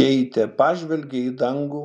keitė pažvelgė į dangų